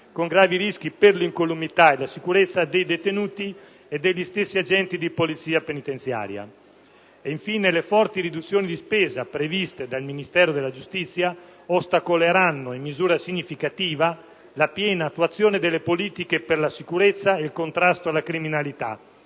di grave rischio per l'incolumità e la sicurezza dei detenuti e degli stessi agenti di polizia penitenziaria. Infine, le forti riduzioni di spesa previste dal Ministero della giustizia ostacoleranno in misura significativa la piena attuazione delle politiche per la sicurezza e il contrasto alla criminalità,